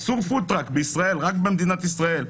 אסור פוד-טראק בישראל, רק במדינת ישראל.